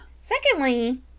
Secondly